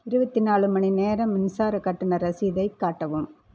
இருபத்தி நாலு மணி நேரம் மின்சார கட்டண ரசீதைக் காட்டவும்